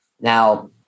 Now